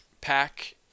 pack